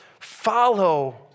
Follow